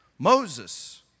Moses